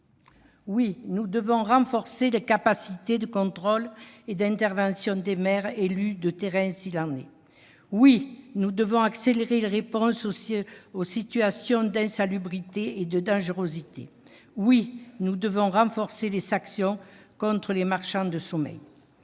Oui, nous devons renforcer les capacités de contrôle et d'intervention des maires, élus de terrain s'il en est ! Oui, nous devons accélérer les réponses aux situations d'insalubrité et de dangerosité ! Oui, nous devons renforcer les sanctions contre les marchands de sommeil